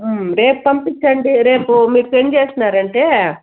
రేపు పంపించండి రేపు మీరు సెండ్ చేసినారంటే